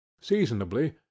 seasonably